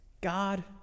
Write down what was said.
God